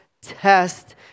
test